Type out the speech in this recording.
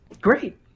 great